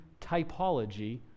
typology